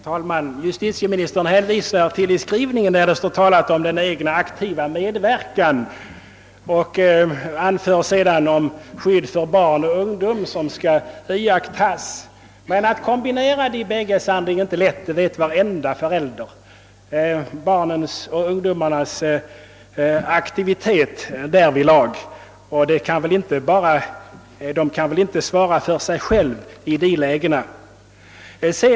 Herr talman! Justitieministern hänvisar till frågesvaret, i vilket talas om att »den enskilde inte utan sin egen aktiva medverkan skulle behöva ta del av sådana framställningar». I svaret talar han vidare om »behovet av skydd för barn och ungdom». Men att kombinera dessa bägge saker är sannerligen inte lätt. Alla föräldrar känner till barns och ungdomars aktivitet därvidlag, och föräldrarna kan inte svara för det.